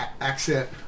accent